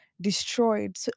destroyed